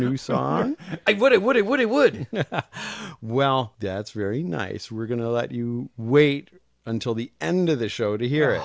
new song on what it would it would it would well dad's very nice we're going to let you wait until the end of the show to he